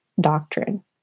doctrine